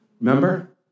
Remember